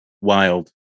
wild